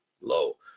low